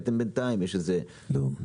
לא.